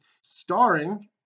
Starring